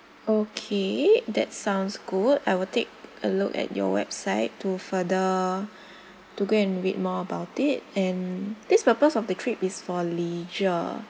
okay that sounds good I will take a look at your website to further to go and read more about it and this purpose of the trip is for leisure